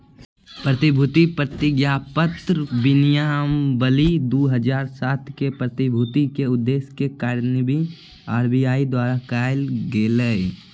प्रतिभूति प्रतिज्ञापत्र विनियमावली दू हज़ार सात के, प्रतिभूति के उद्देश्य के कार्यान्वित आर.बी.आई द्वारा कायल गेलय